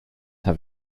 have